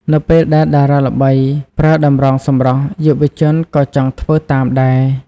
នៅពេលដែលតារាល្បីប្រើតម្រងសម្រស់ យុវជនក៏ចង់ធ្វើតាមដែរ។